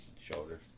shoulder